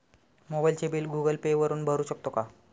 मोबाइलचे bill Google Pay वापरून भरू शकतो का?